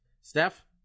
Steph